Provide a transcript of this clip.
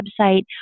website